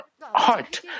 heart